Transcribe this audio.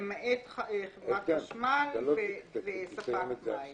למעט חברת החשמל וספק מים.